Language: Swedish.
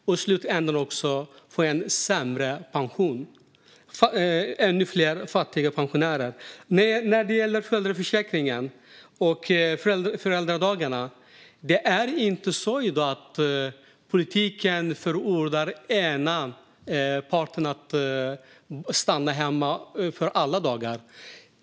I slutänden skulle de då också få sämre pension, och det skulle bli ännu fler fattiga pensionärer. När det gäller föräldraförsäkringen och föräldradagarna är det i dag inte så att politiken förordar att en av parterna stannar hemma alla dagar.